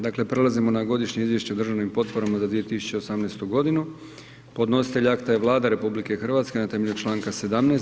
Dakle, prelazimo na: - Godišnje izvješće o državnim potporama za 2018. godinu Podnositelj akta je Vlada RH na temelju Članka 17.